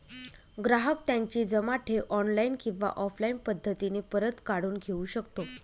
ग्राहक त्याची जमा ठेव ऑनलाईन किंवा ऑफलाईन पद्धतीने परत काढून घेऊ शकतो